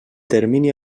termini